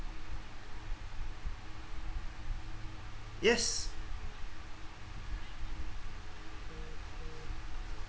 yes